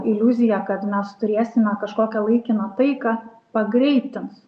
iliuzija kad mes turėsime kažkokią laikiną taiką pagreitins